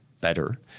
better